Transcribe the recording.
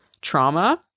trauma